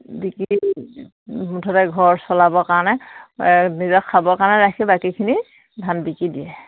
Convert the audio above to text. বিকি মুঠতে ঘৰ চলাবৰ কাৰণে নিজৰ খাবৰ কাৰণে ৰাখি বাকীখিনি ধান বিকি দিয়ে